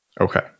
Okay